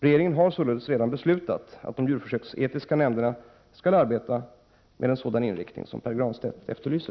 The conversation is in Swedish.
Regeringen har således redan beslutat att de djurförsöksetiska nämnderna skall arbeta med en sådan inriktning som Pär Granstedt efterlyser.